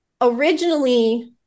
originally